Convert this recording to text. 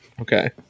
okay